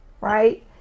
Right